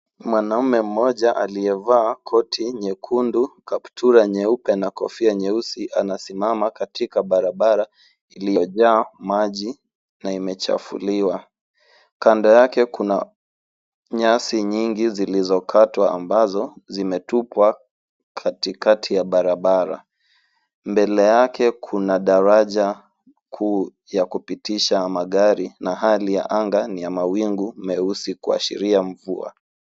Mwanamume mmoja aliyevaa koti nyekundu, kaptura nyeupe, na kofia nyeusi anasimama katika barabara iliyojaa maji, na imechafuliwa. Kando yake kuna nyasi nyingi zilizokatwa ambazo zimetupwa katikati ya barabara. Mbele yake kuna daraja kuu ya kupitisha magari, na hali ya anga ni ya mawingu meusi kuashiria mvua.